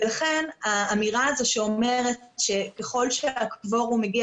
לכן האמירה הזו שאומרת שככל שהקוורום מגיע